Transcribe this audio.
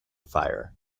fire